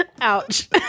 Ouch